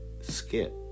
skip